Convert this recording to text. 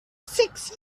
six